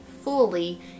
fully